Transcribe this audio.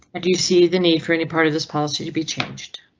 and you you see the need for any part of this policy to be changed?